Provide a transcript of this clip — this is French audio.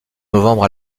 novembre